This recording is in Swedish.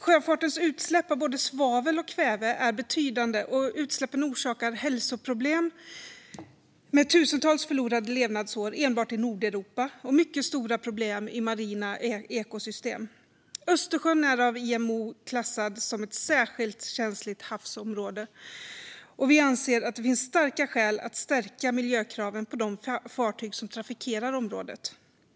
Sjöfartens utsläpp av både svavel och kväve är betydande, och utsläppen orsakar hälsoproblem med tusentals förlorade levnadsår enbart i Nordeuropa och mycket stora problem i marina ekosystem. Östersjön är av IMO klassad som ett särskilt känsligt havsområde. Vi anser att det finns starka skäl att stärka miljökraven på de fartyg som trafikerar området.